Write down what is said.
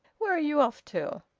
where are you off to?